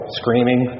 screaming